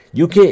UK